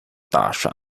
大厦